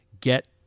get